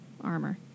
armor